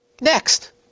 Next